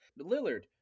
Lillard